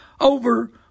over